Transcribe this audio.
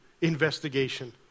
investigation